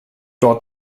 dort